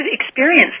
experience